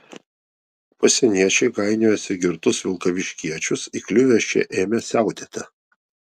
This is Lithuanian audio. pasieniečiai gainiojosi girtus vilkaviškiečius įkliuvę šie ėmė siautėti